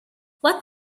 what